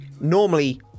Normally